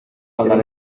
faltan